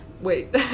Wait